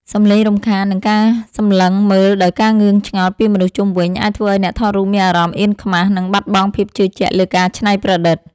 សំឡេងរំខាន និងការសម្លឹងមើលដោយការងឿងឆ្ងល់ពីមនុស្សជុំវិញ អាចធ្វើឱ្យអ្នកថតរូបមានអារម្មណ៍អៀនខ្មាស និងបាត់បង់ភាពជឿជាក់លើការច្នៃប្រឌិត។